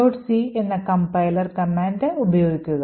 c എന്ന compiler ഉപയോഗിക്കുക